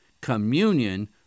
communion